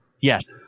Yes